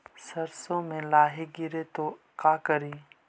सरसो मे लाहि गिरे तो का करि?